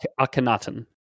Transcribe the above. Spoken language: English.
Akhenaten